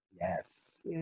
Yes